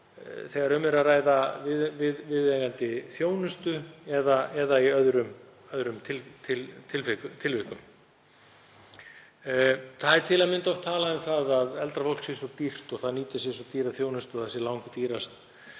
þegar um er að ræða viðeigandi þjónustu eða í öðrum tilvikunum. Það er til að mynda oft talað um að eldra fólk sé svo dýrt, það nýti sér svo dýra þjónustu og það sé langdýrast